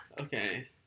Okay